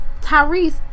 tyrese